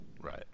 Right